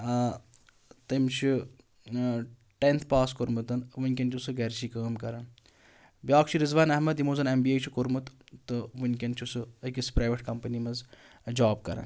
تٔمۍ چھُ tenth pass کوٚرمُت وٕنۍکٮ۪ن چھِ سُہ گَرِچی کٲم کران بیٛاکھ چھُ رِضوان احمد یِمو زَن اٮ۪م بی اے چھِ کوٚرمُت تہٕ وٕنۍکٮ۪ن چھِ سُہ أکِس پرٛیوٮ۪ٹ کمپٔنی منٛز جاب کران